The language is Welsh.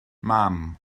mam